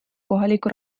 kohaliku